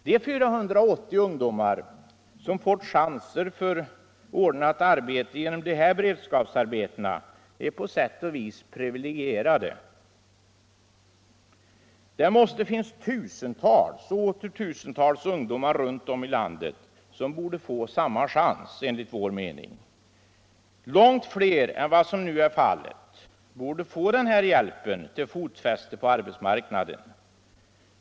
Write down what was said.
De 480 ungdomar som fått chanser till ordnat arbete genom de här beredskapsarbetena är på sätt och vis privilegierade. Det måste finnas tusentals och åter tusentals ungdomar runt om i landet som borde få samma chans, enligt vår mening. Långt fler än vad som nu är fallet borde få den här hjälpen till fotfäste på arbetsmarknaden.